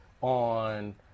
on